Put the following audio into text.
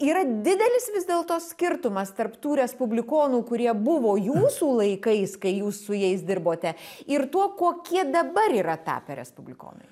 yra didelis vis dėlto skirtumas tarp tų respublikonų kurie buvo jūsų laikais kai jūs su jais dirbote ir tuo kokie dabar yra tapę respublikonai